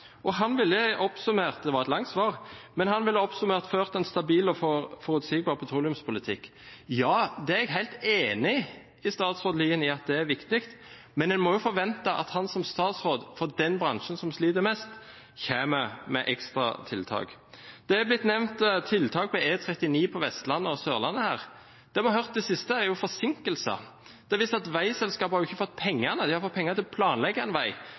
Det var et langt svar, men han ville – oppsummert – ført en stabil og forutsigbar petroleumspolitikk. Ja, jeg er helt enig med statsråd Lien i at det er viktig, men en må jo forvente at han som statsråd for den bransjen som sliter mest, kommer med ekstra tiltak. Tiltak på E39 på Vestlandet og Sørlandet har blitt nevnt her. Det vi har hørt om i det siste, er jo forsinkelser. Det har vist seg at veiselskapet ikke har fått pengene. De har fått penger til å planlegge en vei,